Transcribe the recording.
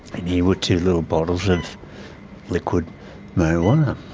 and here were two little bottles of liquid marijuana,